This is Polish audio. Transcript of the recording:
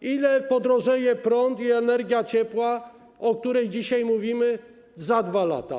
O ile podrożeje prąd i energia cieplna, o której dzisiaj mówimy, za 2 lata?